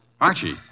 Archie